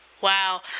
Wow